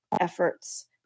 efforts